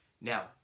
now